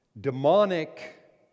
demonic